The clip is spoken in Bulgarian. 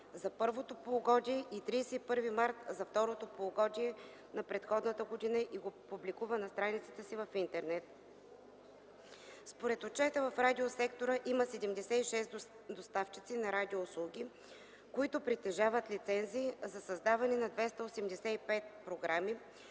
за първото полугодие и 31 март за второто полугодие на предходната година и го публикува на страницата си в интернет.” Според отчета в радиосектора има 76 доставчици на радиоуслуги, които притежават лицензии за създаване на 285 програми,